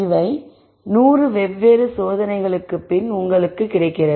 இவை 100 வெவ்வேறு சோதனைகளுக்கு பின் உங்களுக்குக் கிடைக்கிறது